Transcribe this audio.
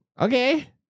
okay